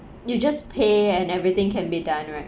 you just pay and everything can be done right